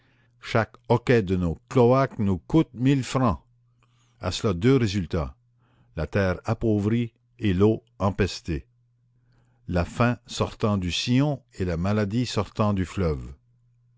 chaque hoquet de nos cloaques nous coûte mille francs à cela deux résultats la terre appauvrie et l'eau empestée la faim sortant du sillon et la maladie sortant du fleuve